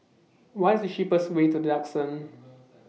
What IS The cheapest Way to The Duxton